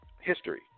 history